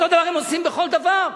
אותו הדבר הם עושים בכל דבר.